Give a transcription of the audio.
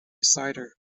cider